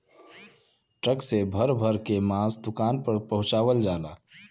truck से भर भर के मांस दुकान पर पहुंचवाल जाला